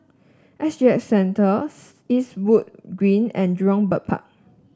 S G X Centres Eastwood Green and Jurong Bird Park